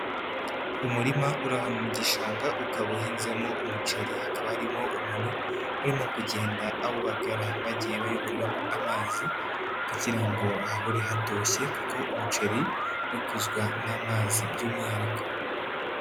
Umurima uri ahantu mu gishanga ukaba uhinzemo umuceri, hakaba harimo umuntu urimo kugenda awubagara, bagiye bayoboreramo amazi kugira ngo hahore hatoshye kuko umuceri wo ukuzwa n'amazi by'umwihariko.